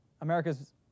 America's